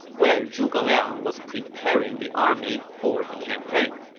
where zhuge liang was preparing the army for the campaign